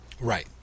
Right